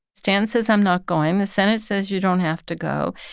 stanton says, i'm not going. the senate says, you don't have to go.